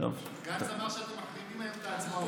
גנץ אמר שאתם מחרימים היום את ההצבעות.